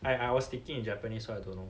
I I was thinking in japanese so I don't know